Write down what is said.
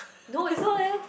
no it's no leh